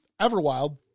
Everwild